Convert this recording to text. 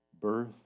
birth